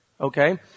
Okay